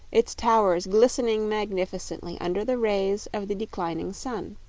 its towers glistening magnificently under the rays of the declining sun.